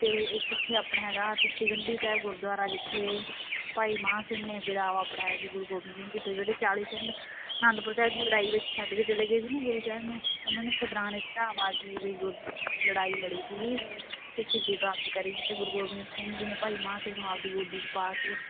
ਅਤੇ ਇਹ ਕਿੱਥੇ ਆਪਣੇ ਹੈਗਾ ਟੁੱਟੀ ਗੰਢੀ ਸਾਹਿਬ ਗੁਰਦੁਆਰਾ ਜਿੱਥੇ ਭਾਈ ਮਹਾਂ ਸਿੰਘ ਨੇ ਵਿਦਾਵਾ ਪੜਵਾਇਆ ਸੀ ਗੁਰੂ ਗੋਬਿੰਦ ਸਿੰਘ ਜੀ ਅਤੇ ਜਿਹੜੇ ਚਾਲੀ ਸਿੰਘ ਅਨੰਦਪੁਰ ਸਾਹਿਬ ਦੀ ਲੜਾਈ ਵਿੱਚ ਛੱਡ ਕੇ ਚਲੇ ਗਏ ਸੀ ਨਾ ਗੁਰੂ ਸਾਹਿਬ ਨੂੰ ਉਹਨਾਂ ਨੇ ਖਿਦਰਾਣੇ ਦੀ ਢਾਬ ਆ ਕੇ ਵੀ ਗੁਰ ਲੜਾਈ ਲੜੀ ਸੀਗੀ ਅਤੇ ਸ਼ਹੀਦੀ ਪ੍ਰਾਪਤ ਕਰੀ ਸੀ ਅਤੇ ਗੁਰੂ ਗੋਬਿੰਦ ਸਿੰਘ ਜੀ ਨੇ ਭਾਈ ਮਹਾਂ ਸਿੰਘ ਨੂੰ ਆਪਦੀ ਗੋਦੀ 'ਚ ਪਾ ਕੇ